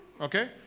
Okay